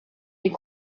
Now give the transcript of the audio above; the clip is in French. est